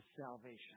salvation